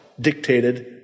dictated